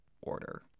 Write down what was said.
Order